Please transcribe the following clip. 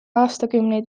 aastakümneid